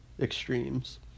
extremes